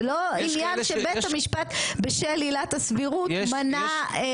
זה לא עניין שבית המשפט בשל עילת הסבירות מנע כהונה.